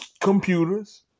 computers